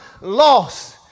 lost